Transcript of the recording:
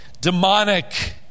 demonic